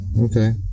Okay